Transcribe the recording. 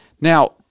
Now